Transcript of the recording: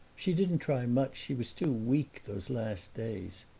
she didn't try much she was too weak, those last days.